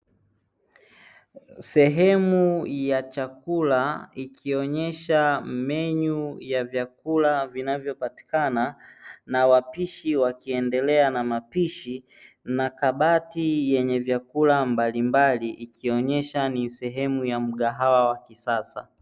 Sehemu ya chakula ikionyesha "menu" ya vyakula vinachopatikana na wapishi wakiendelea na mapishi, na kabati yenye vyakula mbalimbali ikionyesha ni sehemu ya mgahawa wa kisasa.